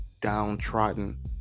downtrodden